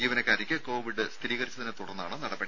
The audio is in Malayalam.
ജീവനക്കാരിക്ക് കോവിഡ് സ്ഥിരീകരിച്ചതിനെത്തുടർന്നാണ് നടപടി